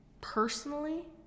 personally